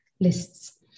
lists